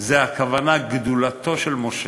הכוונה לגדולתו של משה,